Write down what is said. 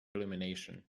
illumination